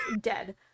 dead